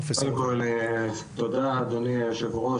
קודם כל תודה אדוני היושב-ראש.